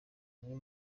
niyo